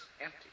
empty